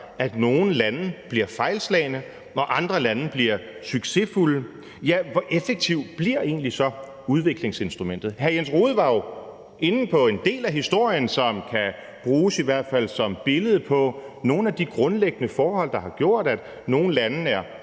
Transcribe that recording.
at nogle lande bliver fejlslagne, mens andre lande bliver succesfulde, ja, hvor effektiv bliver udviklingsinstrumentet egentlig så? Hr. Jens Rohde var jo inde på en del af historien, som kan bruges, i hvert fald som billede på nogle af de grundlæggende forhold, der har gjort, at nogle lande er